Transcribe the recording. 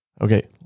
Okay